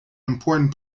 important